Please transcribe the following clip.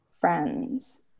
friends